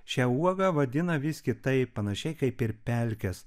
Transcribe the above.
šią uogą vadina vis kitaip panašiai kaip ir pelkes